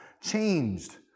changed